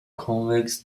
convex